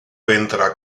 ventre